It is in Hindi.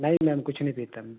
नहीं मैम कुछ नहीं देते हम